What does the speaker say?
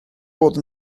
bod